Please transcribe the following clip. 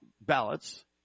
ballots